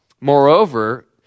Moreover